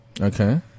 Okay